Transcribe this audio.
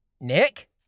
Nick